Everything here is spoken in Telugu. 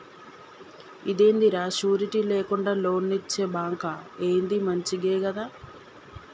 ఇదేందిరా, షూరిటీ లేకుండా లోన్లిచ్చే బాంకా, ఏంది మంచిదే గదా